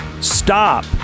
Stop